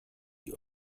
die